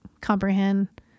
comprehend